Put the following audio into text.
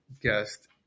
guest